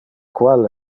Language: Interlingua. qual